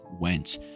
went